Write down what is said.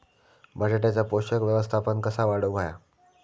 बटाट्याचा पोषक व्यवस्थापन कसा वाढवुक होया?